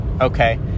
okay